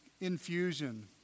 infusion